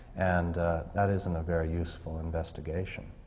and that isn't a very useful investigation,